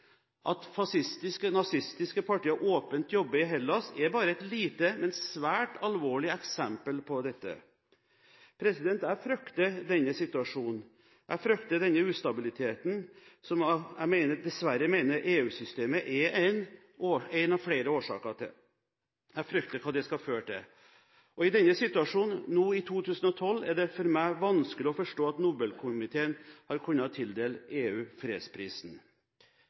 At fascistiske og nazistiske partier åpent jobber i Hellas er bare et lite, men svært alvorlig eksempel på dette. Jeg frykter denne situasjonen. Jeg frykter denne ustabiliteten, som jeg mener EU-systemet dessverre er en av flere årsaker til. Jeg frykter hva det skal føre til. I denne situasjonen, nå i 2012, er det for meg vanskelig å forstå at Nobelkomiteen har kunnet tildele EU fredsprisen.